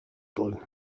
glue